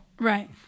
Right